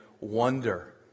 wonder